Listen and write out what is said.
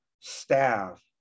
staff